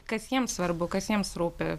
kas jiems svarbu kas jiems rūpi